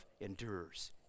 endures